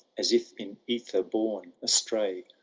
as if in ether borne astray.